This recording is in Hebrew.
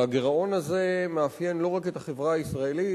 והגירעון הזה מאפיין לא רק את החברה הישראלית,